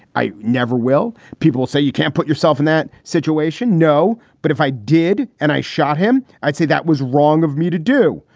i never will. people say you can't put yourself in that situation. no. but if i did and i shot him, i'd say that was wrong of me to do.